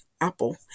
Apple